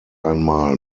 einmal